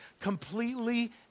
Completely